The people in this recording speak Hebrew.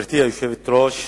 היושבת-ראש,